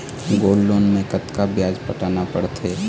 Gold loan मे कतका ब्याज पटाना पड़थे?